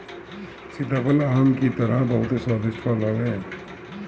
सीताफल आम के तरह बहुते स्वादिष्ट फल हवे